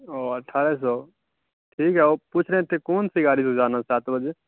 اور اٹھارہ سو ٹھیک ہے وہ پوچھ رہے تھے کون سی گاڑی سے جانا ہے سات بجے